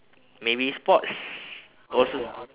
maybe sports also